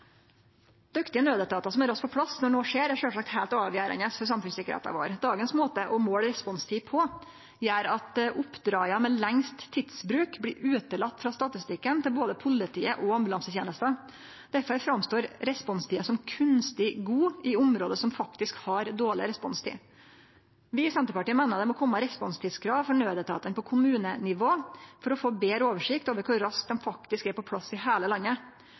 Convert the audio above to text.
Dyktige naudetatar som er raskt på plass når noko skjer, er sjølvsagt heilt avgjerande for samfunnssikkerheita vår. Dagens måte å måle responstid på gjer at oppdraga med lengst tidsbruk blir utelatne frå statistikken til både politiet og ambulansetenesta. Derfor framstår responstida som kunstig god i område som faktisk har dårleg responstid. Vi i Senterpartiet meiner det må kome responstidskrav for naudetatane på kommunenivå for å få betre oversikt over kor raskt dei faktisk er på plass i heile landet.